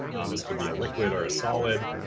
this could be a liquid or a solid.